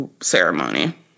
ceremony